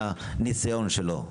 תהיה התייחסות מסוימת לניסיון שלו.